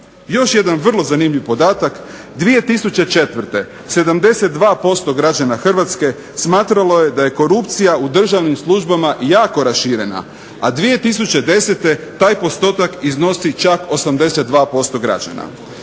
Još jedan vrlo zanimljiv podatak, 2004. 72% građana Hrvatske smatralo je da je korupcija u državnim službama jako raširena, a 2010. taj postotak iznosi čak 82% građana.